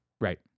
right